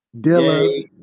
Dilla